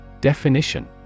Definition